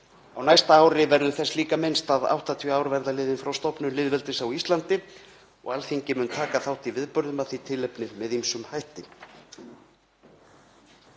Á næsta ári verður þess líka minnst að 80 ár verða liðin frá stofnun lýðveldis á Íslandi og Alþingi taka þátt í viðburðum af því tilefni með ýmsum hætti.